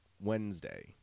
Wednesday